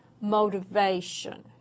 motivation